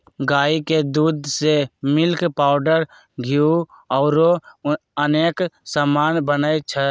गाई के दूध से मिल्क पाउडर घीउ औरो अनेक समान बनै छइ